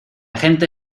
gente